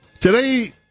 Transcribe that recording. today